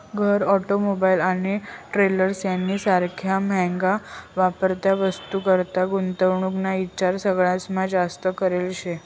घर, ऑटोमोबाईल आणि ट्रेलर्स यानी सारख्या म्हाग्या वापरत्या वस्तूनीकरता गुंतवणूक ना ईचार सगळास्मा जास्त करेल शे